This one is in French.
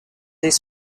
des